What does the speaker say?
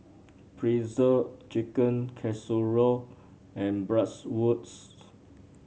Pretzel Chicken Casserole and Bratwurst